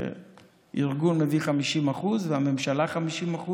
שארגון מביא 50% והממשלה 50%,